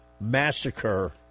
Massacre